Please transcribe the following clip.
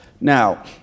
Now